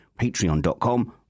Patreon.com